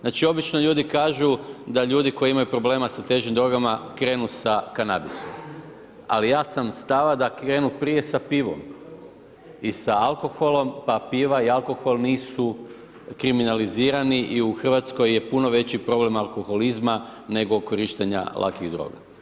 Znači, obično ljudi kažu da ljudi koji imaju problema sa težim drogama, krenu sa kanabisom, ali ja sam stava da krenu prije sa pivom i sa alkoholom, pa piva i alkohol nisu kriminalizirani i u RH je puno veći problem alkoholizma, nego korištenja lakih droga.